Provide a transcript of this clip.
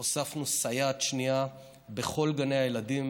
הוספנו סייעת שנייה בכל גני הילדים